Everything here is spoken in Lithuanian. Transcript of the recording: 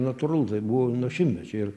natūralu tai buvo nuo šimtmečių ir